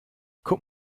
guck